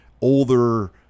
older